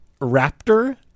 Raptor